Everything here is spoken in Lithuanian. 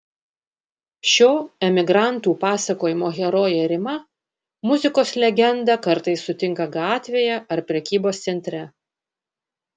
šio emigrantų pasakojimo herojė rima muzikos legendą kartais sutinka gatvėje ar prekybos centre